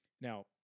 Now